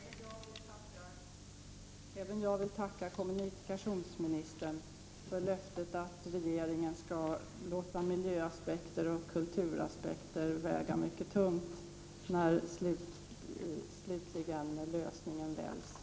Fru talman! Även jag vill tacka kommunikationsministern för löftet att regeringen skall låta miljöaspekter och kulturaspekter väga mycket tungt när en lösning slutligen skall väljas.